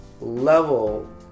level